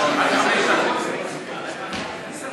גברתי היושבת-ראש,